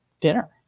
dinner